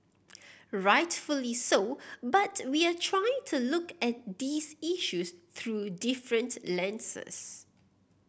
rightfully so but we are trying to look at these issues through different lenses